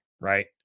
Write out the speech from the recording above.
right